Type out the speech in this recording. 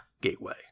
gateway